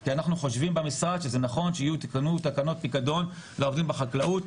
כי אנחנו חושבים במשרד שזה נכון שיהיו תקנות פיקדון לעובדים בחקלאות,